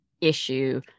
issue